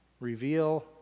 reveal